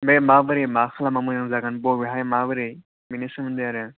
बे माबोरै मा खालामबा मोजां जागोन बबेहाय माबोरै बेनि सोमोन्दै आरो